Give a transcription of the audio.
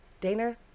Dana